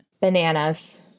Bananas